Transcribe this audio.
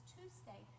Tuesday